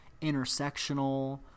Intersectional